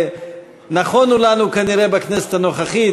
נכונו לנו כנראה בכנסת הנוכחית,